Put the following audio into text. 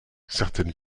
certaines